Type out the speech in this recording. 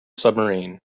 submarine